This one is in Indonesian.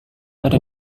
ada